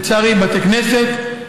לצערי בבתי כנסת,